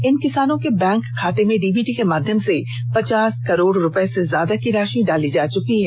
इन किसानों के बैंक खाते में डीबीटी के माध्मयम से पचास करोड़ रुपये से ज्यादा की राषि डाली जा चुकी है